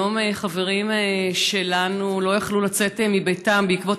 היום חברים שלנו לא יכלו לצאת מביתם בעקבות